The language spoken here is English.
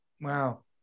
Wow